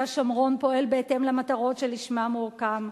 השומרון פועל בהתאם למטרות שלשמן הוא הוקם.